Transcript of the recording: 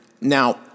Now